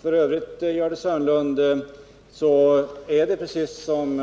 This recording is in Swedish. F. ö., Gördis Hörnlund, är det precis som